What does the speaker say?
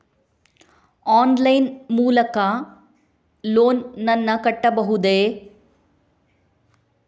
Online line ಮೂಲಕ loan ನನ್ನ ಕಟ್ಟಬಹುದೇ?